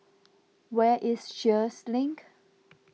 where is Sheares Link